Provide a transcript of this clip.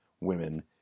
women